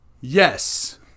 Yes